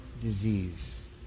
disease